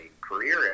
career